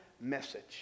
message